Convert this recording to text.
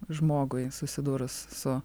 žmogui susidūrus su